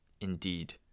Indeed